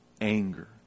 anger